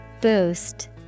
Boost